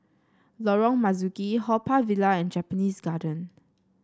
Lorong Marzuki Haw Par Villa and Japanese Garden